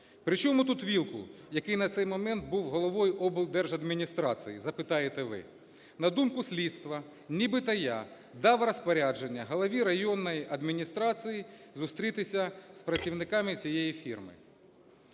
При чому тут Вілкул, який на цей момент був головою облдержадміністрації, – запитаєте ви. На думку слідства, нібито я дав розпорядження голові районної адміністрації зустрітися з працівниками цієї фірми.